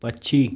पक्षी